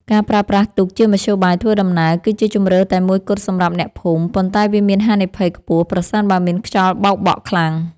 ការប្រើប្រាស់ទូកជាមធ្យោបាយធ្វើដំណើរ គឺជាជម្រើសតែមួយគត់សម្រាប់អ្នកភូមិ ប៉ុន្តែ វាមានហានិភ័យខ្ពស់ប្រសិនបើមានខ្យល់បោកបក់ខ្លាំង។